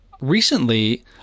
Recently